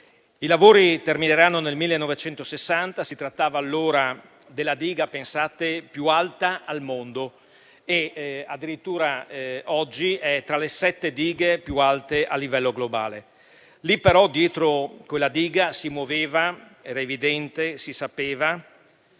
I lavori termineranno nel 1960, si trattava allora della diga più alta al mondo e addirittura oggi è tra le sette dighe più alte a livello globale. Lì, però, dietro quella diga, si muoveva - era evidente, si sapeva